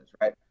right